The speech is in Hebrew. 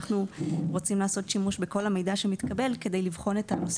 אנחנו רוצים לעשות שימוש בכל המידע שמתקבל כדי לבחון את הנושא